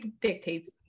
dictates